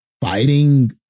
fighting